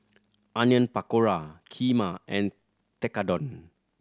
Onion Pakora Kheema and Tekkadon